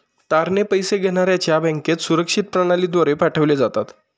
तारणे पैसे घेण्याऱ्याच्या बँकेत सुरक्षित प्रणालीद्वारे पाठवले जातात